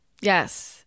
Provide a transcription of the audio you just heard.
Yes